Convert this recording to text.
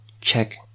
check